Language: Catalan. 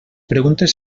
preguntes